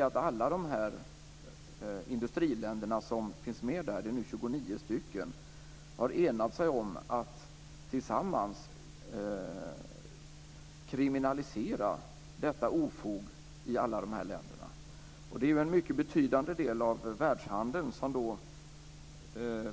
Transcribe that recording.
Alla industriländer som finns med i OECD - det är nu 29 stycken - har enats om att tillsammans kriminalisera detta ofog i alla dessa länder. Det är ju en mycket betydande del av världshandeln som då